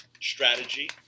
strategy